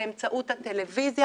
באמצעות הטלוויזיה.